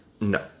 No